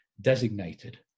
designated